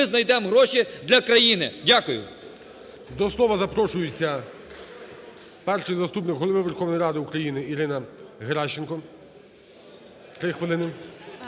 ми знайдемо гроші для країни. Дякую. ГОЛОВУЮЧИЙ. До слова запрошується Перший заступник Голови Верховної Ради України Ірина Геращенко, 3 хвилини.